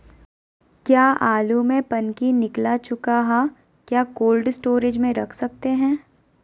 क्या आलु में पनकी निकला चुका हा क्या कोल्ड स्टोरेज में रख सकते हैं?